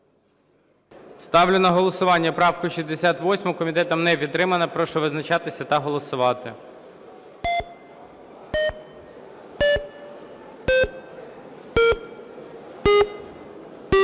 Ставлю на голосування правку 68. Комітетом не підтримана. Прошу визначатися та голосувати.